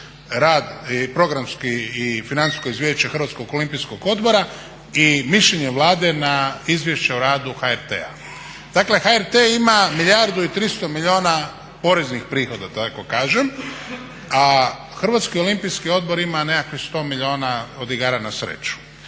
rad programski i financijsko izvješće Hrvatskog olimpijskog odbora i mišljenje Vlade na izvješće o radu HRT-a. Dakle HRT ima milijardu i 300 milijuna poreznih prihoda da tako kažem, a Hrvatski olimpijski odbor ima nekakvih 100 milijuna od igara na sreću.